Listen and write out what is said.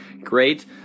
great